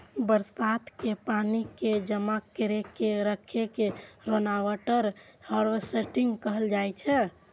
बरसात के पानि कें जमा कैर के राखै के रेनवाटर हार्वेस्टिंग कहल जाइ छै